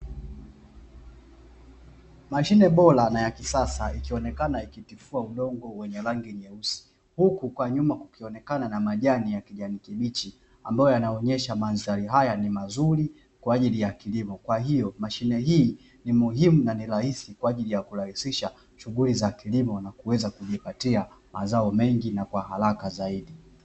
Mashine bora na ya kisasa ikionekana ikitifua udongo wenye rangi nyeusi, uku kwa nyuma kukionekana na majani ya kijani kibichi ambayo yanaonyesha mandhari haya ni mazuri kwaajili ya kilimo, kwahiyo mashine hii ni muhimu na nia rahisi kwaajili ya kurahisisha shuguli za kilimo, na kuweza kujipatia mazao mengi na kwa haraka zaidi.